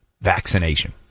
vaccination